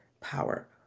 power